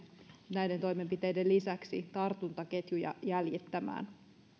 näiden toimenpiteiden lisäksi tartuntaketjuja jäljittämään